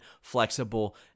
flexible